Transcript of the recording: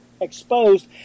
exposed